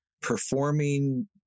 performing